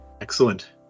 Excellent